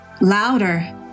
louder